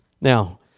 Now